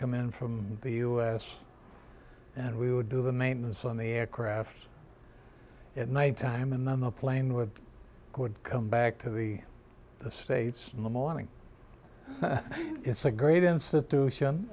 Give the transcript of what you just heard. come in from the us and we would do the maintenance on the aircrafts at nighttime and then the plane would come back to the states in the morning it's a great institution